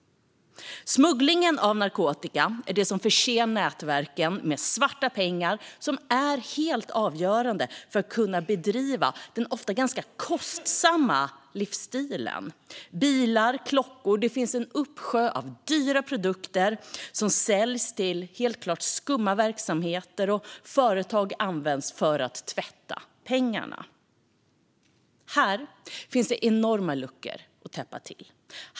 Smugglingen av narkotika är det som förser nätverken med svarta pengar, som är helt avgörande för att man ska kunna ha den ofta ganska kostsamma livsstilen. Det handlar om bilar och klockor. Det finns en uppsjö av dyra produkter som säljs till helt klart skumma verksamheter, och företag används för att tvätta pengarna. Här finns det enorma luckor att täppa till.